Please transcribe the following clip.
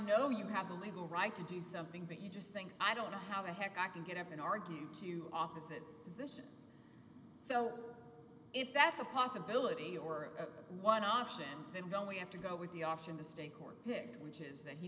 know you have a legal right to do something but you just think i don't know how the heck i can get up and argue to office it is that so if that's a possibility or one option then we have to go with the option the state court pick which is that he